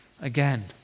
Again